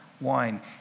wine